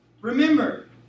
Remember